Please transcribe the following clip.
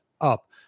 up